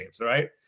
right